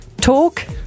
talk